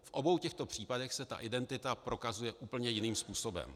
V obou těchto případech se identita prokazuje úplně jiným způsobem.